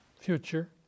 future